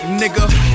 nigga